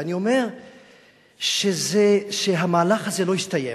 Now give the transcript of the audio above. ואני אומר שהמהלך הזה לא הסתיים.